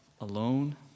alone